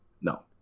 No